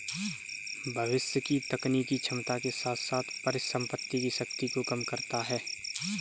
भविष्य की तकनीकी क्षमता के साथ साथ परिसंपत्ति की शक्ति को कम करता है